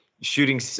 shooting